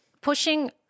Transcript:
pushing